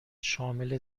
شامل